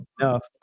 enough